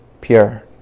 pure